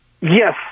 Yes